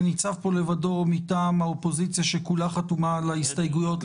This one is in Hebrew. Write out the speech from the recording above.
שניצב פה לבדו מטעם האופוזיציה שכולה חתומה על ההסתייגויות,